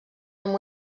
amb